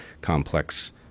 complex